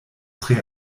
tre